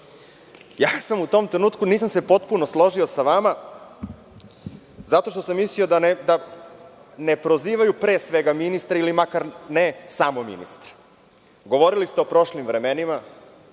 reči. U tom trenutku se ja nisam potpuno složio sa vama, zato što sam mislio da ne prozivaju pre svega ministre ili makar ne samo ministre. Govorili ste o prošlim vremenima.